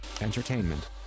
entertainment